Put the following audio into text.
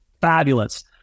fabulous